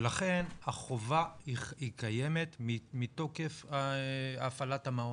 ולכן החובה קיימת מתוקף הפעלת המעון.